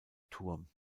turm